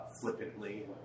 flippantly